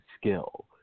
skill